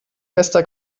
bester